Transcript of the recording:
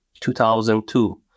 2002